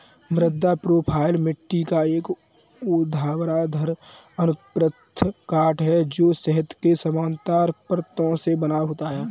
मृदा प्रोफ़ाइल मिट्टी का एक ऊर्ध्वाधर अनुप्रस्थ काट है, जो सतह के समानांतर परतों से बना होता है